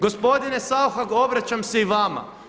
Gospodine Saucha obraćam se i vama.